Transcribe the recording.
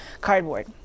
cardboard